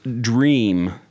dream